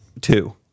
two